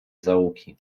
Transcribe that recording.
zaułki